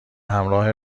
همراه